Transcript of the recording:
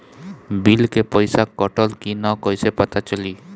Bill के पइसा कटल कि न कइसे पता चलि?